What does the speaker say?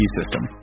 system